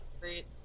great